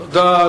תודה.